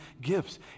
gifts